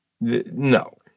No